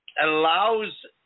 allows